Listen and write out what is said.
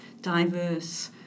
diverse